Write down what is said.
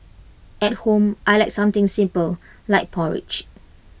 at home I Like something simple like porridge